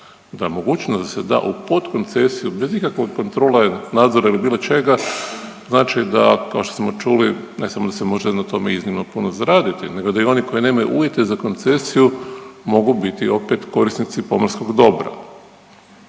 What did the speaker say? da mogućnost da se da u podkoncesiju bez ikakve kontrole, nadzora ili bilo čega, znači da, kao što smo čuli, ne samo da se može na tome iznimno puno zaraditi, nego da i oni koji nemaju uvjete za koncesiju mogu biti opet, korisnici pomorskog dobra.